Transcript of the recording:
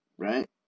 right